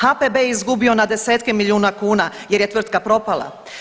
HPB je izgubio na desetke miliona kuna jer je tvrtka propala.